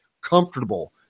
comfortable